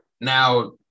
Now